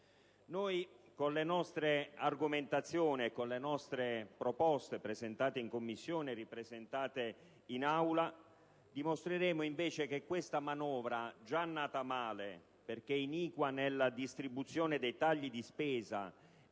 Con le nostre argomentazioni e con le nostre proposte, presentate in Commissione e ripresentate in Aula, dimostreremo invece che questa manovra, già nata male perché iniqua nella distribuzione dei tagli di spesa